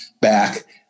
back